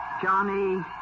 Johnny